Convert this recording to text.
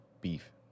beef